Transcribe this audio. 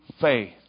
faith